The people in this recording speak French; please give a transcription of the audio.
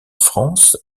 france